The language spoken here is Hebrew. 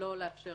לא לאפשר